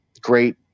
great